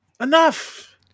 Enough